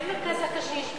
ואין מרכז לקשיש,